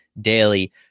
daily